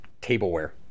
tableware